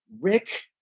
Rick